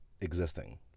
existing